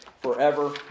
forever